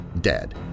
dead